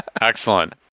Excellent